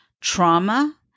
trauma